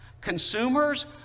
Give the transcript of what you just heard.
Consumers